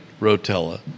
Rotella